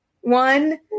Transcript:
one